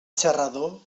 xarrador